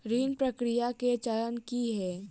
ऋण प्रक्रिया केँ चरण की है?